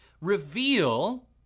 Reveal